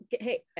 Hey